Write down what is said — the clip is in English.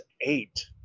eight